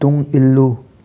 ꯇꯨꯡ ꯏꯜꯂꯨ